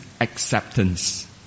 acceptance